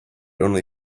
only